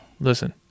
Listen